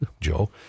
Joe